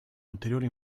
ulteriore